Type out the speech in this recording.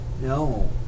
No